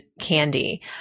candy